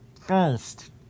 First